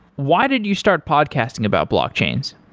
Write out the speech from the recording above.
why did you start podcasting about blockchains?